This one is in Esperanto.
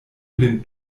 lin